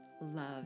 love